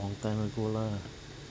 long time ago lah